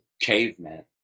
cavemen